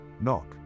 knock